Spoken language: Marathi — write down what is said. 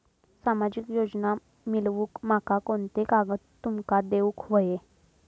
सामाजिक योजना मिलवूक माका कोनते कागद तुमका देऊक व्हये?